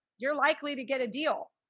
you're likely to get a deal.